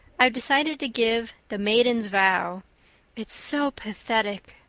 i've decided to give the maiden's vow it's so pathetic.